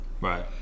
right